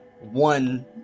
one